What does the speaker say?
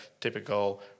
typical